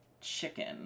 chicken